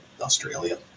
Australia